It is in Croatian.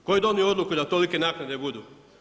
Tko je donio odluku da tolike naknade budu?